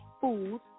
food